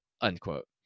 unquote